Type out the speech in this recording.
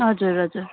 हजुर हजुर